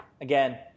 again